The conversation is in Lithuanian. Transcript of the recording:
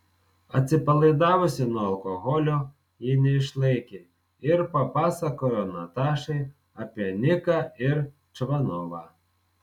atsipalaidavusi nuo alkoholio ji neišlaikė ir papasakojo natašai apie niką ir čvanovą